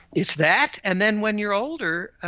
it's that, and then when you're older,